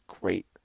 great